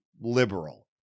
liberal